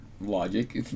logic